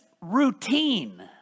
routine